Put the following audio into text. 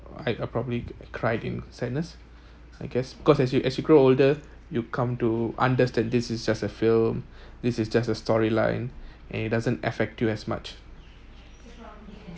I'd probably cried in sadness I guess because as you as you grow older you come to understand this is just a film this is just a storyline and it doesn't affect you as much